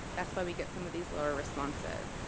that's why we get some of these lower responses.